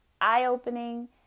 eye-opening